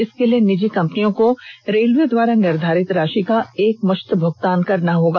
इसके लिए निजी कंपनियों को रेलवे द्वारा निर्धारित राषि का एकमुष्त भुगतान करना होगा